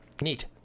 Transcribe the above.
Neat